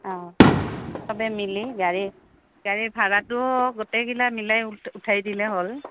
অঁ চবে মিলি গাড়ী গাড়ীৰ ভাড়াটো গোটেইগিলা মিলাই উঠাই দিলে হ'ল